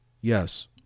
yes